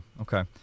okay